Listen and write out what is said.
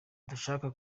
dushaka